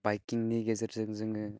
बाइकिंनि गेजेरजों जोङो